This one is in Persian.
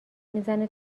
میزنه